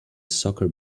soccer